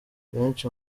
benshi